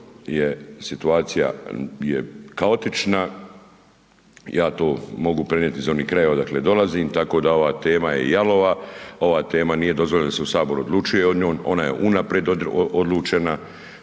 situacija je kaotična, ja to mogu prenijeti iz onih krajeva odakle dolazim. Tako da ova tema je jalova, ova tema nije dozvoljena da se u Saboru odlučuje o njoj, ona je unaprijed odlučena,